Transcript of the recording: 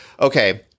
okay